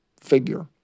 figure